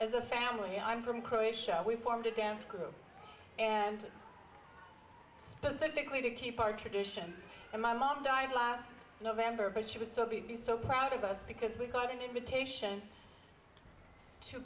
as a family i'm from croatia we formed a dance group and so they're going to keep our tradition and my mom died last november but she would still be so proud of us because we got an invitation to